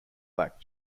black